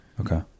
Okay